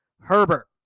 Herbert